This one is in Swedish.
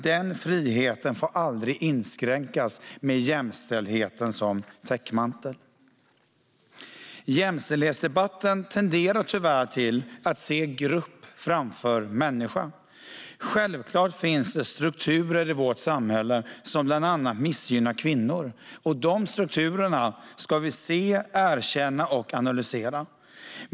Den friheten får aldrig inskränkas med jämställdheten som täckmantel. I jämställdhetsdebatten finns det tyvärr ibland tendenser att se grupp framför människa. Självklart finns det strukturer i vårt samhälle som bland annat missgynnar kvinnor. Och de strukturerna ska vi se, erkänna och analysera.